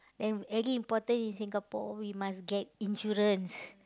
then very important in Singapore we must get insurance